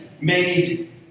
made